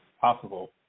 possible